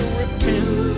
repent